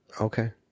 Okay